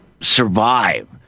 survive